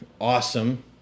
awesome